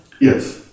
Yes